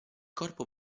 corpo